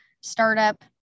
startup